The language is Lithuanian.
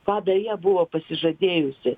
ką beje buvo pasižadėjusi